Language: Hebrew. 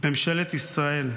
ממשלת ישראל,